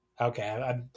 Okay